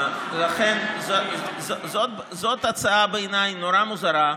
לכן, בעיניי, זאת הצעה נורא מוזרה,